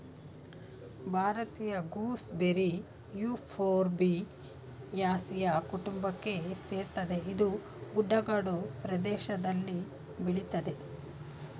ಭಾರತೀಯ gooseberry euphorbiaceae ಕುಟುಂಬಕ್ಕೆ ಸೇರ್ತದೆ ಇದು ಗುಡ್ಡಗಾಡು ಪ್ರದೇಷ್ದಲ್ಲಿ ಬೆಳಿತದೆ